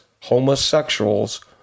homosexuals